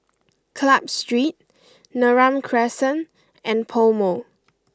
Club Street Neram Crescent and PoMo